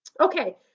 Okay